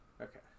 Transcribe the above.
Okay